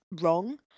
wrong